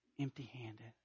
Empty-handed